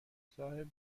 صاحب